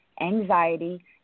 anxiety